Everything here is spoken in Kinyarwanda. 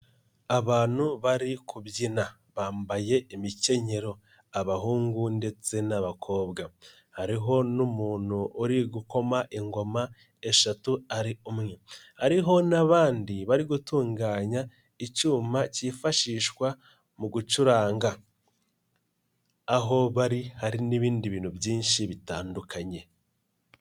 Abantu bari kubyina bambaye imikenyero abahungu ndetse n'abakobwa, hariho n'umuntu uri gukoma ingoma eshatu ari umwe, hariho n'abandi bari gutunganya icyuma cyifashishwa mu gucuranga, aho bari hari n'ibindi bintu byinshi bitandukanye.